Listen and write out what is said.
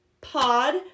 pod